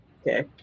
okay